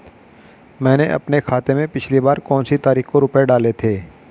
मैंने अपने खाते में पिछली बार कौनसी तारीख को रुपये डाले थे?